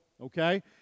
okay